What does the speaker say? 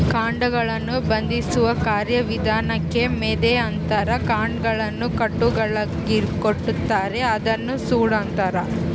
ಕಾಂಡಗಳನ್ನು ಬಂಧಿಸುವ ಕಾರ್ಯವಿಧಾನಕ್ಕೆ ಮೆದೆ ಅಂತಾರ ಕಾಂಡಗಳನ್ನು ಕಟ್ಟುಗಳಾಗಿಕಟ್ಟುತಾರ ಅದನ್ನ ಸೂಡು ಅಂತಾರ